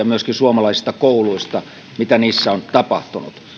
myöskin suomalaisista kouluista järkyttäviä kuvauksia mitä niissä on tapahtunut